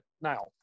Now